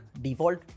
default